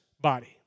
body